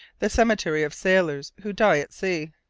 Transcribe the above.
the cemetery of sailors who die at sea.